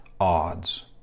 odds